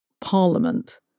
Parliament